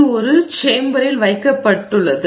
இது ஒரு கலனில் அறையில் வைக்கப்பட்டுள்ளது